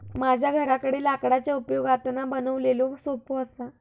माझ्या घराकडे लाकडाच्या उपयोगातना बनवलेलो सोफो असा